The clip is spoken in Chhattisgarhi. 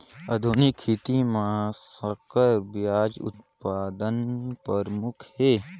आधुनिक खेती म संकर बीज उत्पादन प्रमुख हे